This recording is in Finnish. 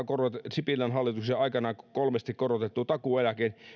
sipilän hallituksen aikana kolmesti korotetun takuueläkkeen